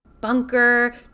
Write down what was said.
bunker